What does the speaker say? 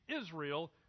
Israel